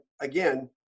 again